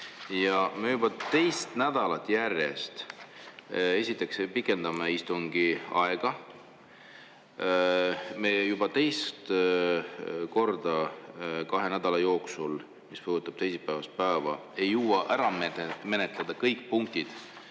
Me juba teist nädalat järjest esiteks pikendame istungi aega, me juba teist korda kahe nädala jooksul, mis puudutab teisipäevast päeva, ei jõua ära menetleda kõik punktid,